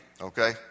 okay